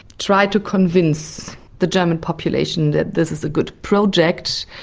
tried to convince the german population that this is a good project.